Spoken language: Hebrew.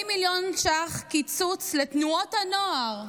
40 מיליון שקלים קיצוץ לתנועות הנוער,